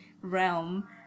realm